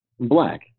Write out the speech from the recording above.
Black